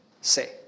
say